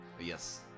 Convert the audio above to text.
yes